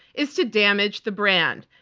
is to damage the brand.